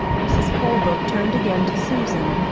mrs. colebrook turned again to susan.